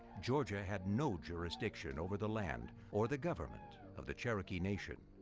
georgia had no jurisdiction over the land or the government of the cherokee nation.